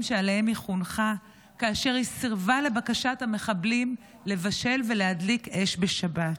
שעליהם היא חונכה כאשר היא סירבה לבקשת המחבלים לבשל ולהדליק אש בשבת.